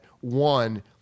one